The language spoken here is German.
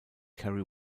kerry